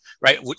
right